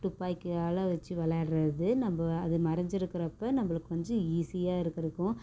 துப்பாக்கியால வச்சு விளாட்றது நம்ம அது மறைஞ்சுருக்கறப்ப நம்மளுக்கு கொஞ்சம் ஈஸியாக இருக்கிறக்கும்